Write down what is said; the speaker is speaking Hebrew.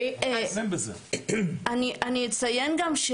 אני אציין גם,